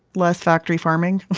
less factory farming.